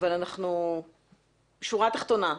השורה התחתונה.